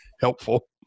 helpful